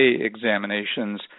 examinations